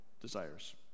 desires